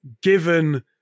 Given